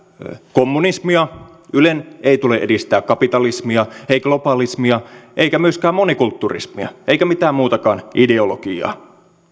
kommunismia ylen ei tule edistää kapitalismia ei globalismia eikä myöskään monikultturismia eikä mitään muutakaan ideologiaa